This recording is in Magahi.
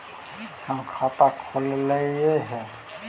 हम खाता खोलैलिये हे?